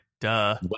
Duh